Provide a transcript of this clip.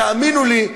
תאמינו לי,